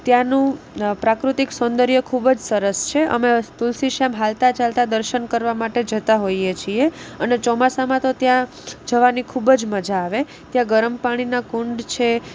ત્યાંનું પ્રાકૃતિક સૌંદર્ય ખૂબ જ સરસ છે અમે તુલસીશ્યામ હાલતા ચાલતા દર્શન કરવા માટે જતાં હોઈએ છીએ અને ચોમાસામાં તો ત્યાં જવાની ખૂબ મજા આવે ત્યાં ગરમ પાણીના કુંડ છે